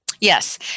Yes